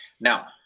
Now